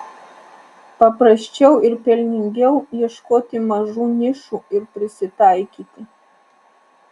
paprasčiau ir pelningiau ieškoti mažų nišų ir prisitaikyti